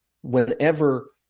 whenever